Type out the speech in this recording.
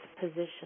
position